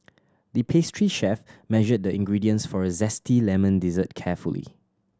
the pastry chef measured the ingredients for a zesty lemon dessert carefully